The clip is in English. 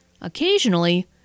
Occasionally